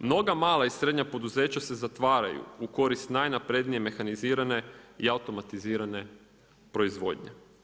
Mnoga mala i srednja poduzeća se zatvaraju u korist naj naprednije mehanizirane i automatizirane proizvodnje.